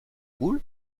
boules